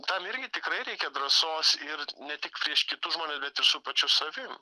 tam irgi tikrai reikia drąsos ir ne tik prieš kitus žmones bet su pačiu savim